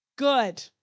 Good